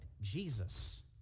Jesus